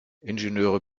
ingenieure